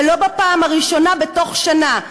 ולא בפעם הראשונה בתוך שנה,